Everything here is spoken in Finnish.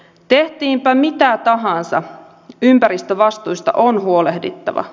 tehtiinpä mitä tahansa ympäristövastuista on huolehdittava